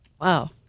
wow